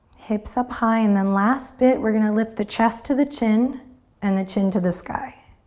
hips up high and then last bit, we're gonna lift the chest to the chin and the chin to the sky.